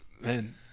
man